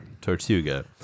Tortuga